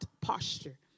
posture